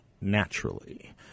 naturally